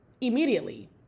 immediately